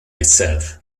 itself